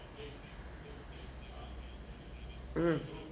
mm